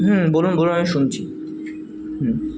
হুম বলুন বলুন আমি শুনছি হুম